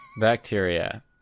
Bacteria